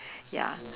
ya